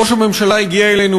ראש הממשלה הגיע אלינו,